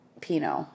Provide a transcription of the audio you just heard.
Pinot